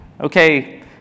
okay